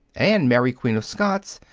and mary queen of scots,